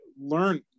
learn